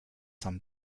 some